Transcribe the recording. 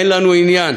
אין לנו עניין